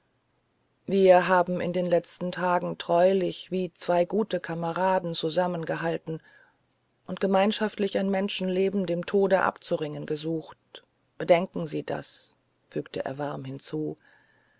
wir haben in den letzten tagen treulich wie zwei gute kameraden zusammengehalten und gemeinschaftlich ein menschenleben dem tode abzuringen gesucht bedenken sie das fügte er warm hinzu